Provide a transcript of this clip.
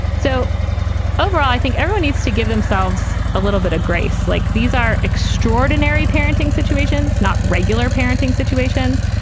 so overall, i think everyone needs to give themselves a little bit of grace. like these are extraordinary parenting situations, not regular parenting situations.